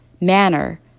manner